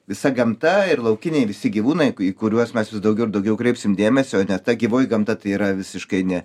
visa gamta ir laukiniai visi gyvūnai į kuriuos mes vis daugiau ir daugiau kreipsim dėmesio nes ta gyvoji gamta tai yra visiškai ne